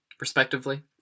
respectively